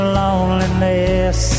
loneliness